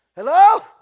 Hello